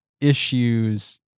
issues